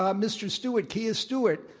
um mr. stewart kia stewart,